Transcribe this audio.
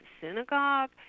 synagogue